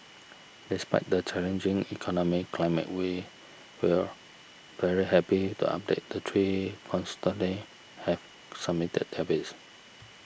despite the challenging economic climate we will very happy to update that three consortia have submitted their bids